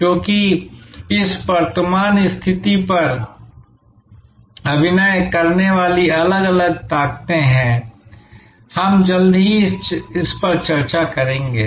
क्योंकि इस वर्तमान स्थिति पर अभिनय करने वाली अलग अलग ताकतें हैं हम जल्द ही इस पर चर्चा करेंगे